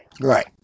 Right